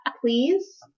Please